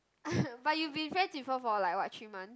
but you been friends with her for like what three months